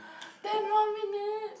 ten more minutes